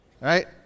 Right